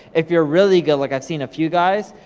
if you're really good, like i've seen a few guys,